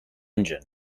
engine